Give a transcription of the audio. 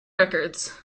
records